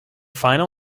final